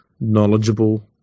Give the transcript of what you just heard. knowledgeable